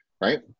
Right